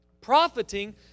profiting